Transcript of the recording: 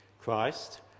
Christ